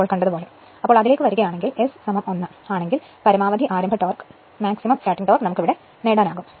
അതിലേക്ക് വരികയാണെങ്കിൽ S 1 ആണെങ്കിൽ പരമാവധി ആരംഭ ടോർക്ക് നേടാനാകും